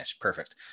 perfect